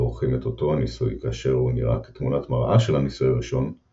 ועורכים את אותו הניסוי כאשר הוא נראה כתמונת-מראה של הניסוי הראשון –